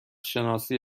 شناسی